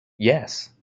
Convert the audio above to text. yes